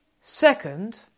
Second